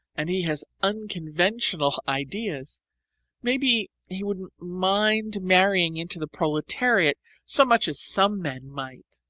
and he has unconventional ideas maybe he wouldn't mind marrying into the proletariat so much as some men might.